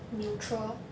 neutral